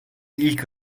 ilk